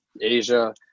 Asia